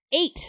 Eight